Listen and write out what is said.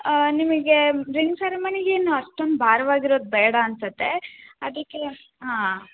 ಆ ನಿಮಗೆ ರಿಂಗ್ ಸೆರಮನಿಗೆ ಏನು ಅಷ್ಟೊಂದು ಭಾರ್ವಾಗಿರೋದ್ ಬೇಡ ಅನ್ಸತ್ತೆ ಅದಕ್ಕೆ ಹಾಂ